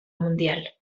mundial